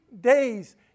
days